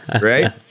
Right